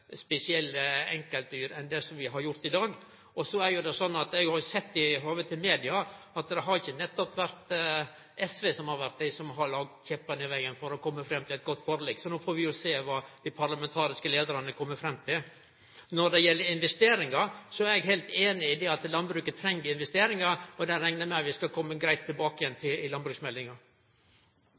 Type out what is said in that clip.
spesielle enkeltdyr enn det vi har gjort til i dag. Så har eg sett i høve til media at det har ikkje nettopp vore SV som har vore dei som har lagt kjeppar i vegen for å koma fram til eit godt forlik. Så no får vi sjå kva dei parlamentariske leiarane kjem fram til. Når det gjeld investeringar, er eg heilt einig i at landbruket treng investeringar, og det reknar eg med at vi skal kome tilbake igjen til i samband med landbruksmeldinga.